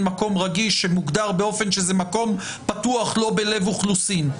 מקום רגיש שמוגדר באופן שזה מקום פתוח ולא בלב אוכלוסין.